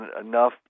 enough